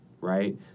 right